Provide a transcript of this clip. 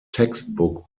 textbook